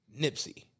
Nipsey